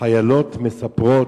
חיילות מספרות,